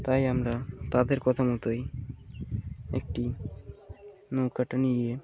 তাই আমরা তাদের কথা মতোই একটি নৌকাটা নিয়ে